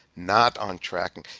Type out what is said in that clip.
not on tracking.